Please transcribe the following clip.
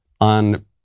on